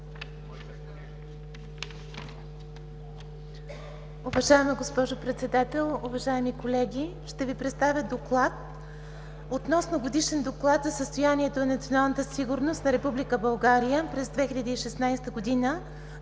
Уважаема госпожо председател, уважаеми колеги, ще Ви представя „Д О К Л А Д относно Годишен доклад за състоянието на националната сигурност на Република България през 2016 г.,